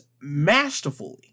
masterfully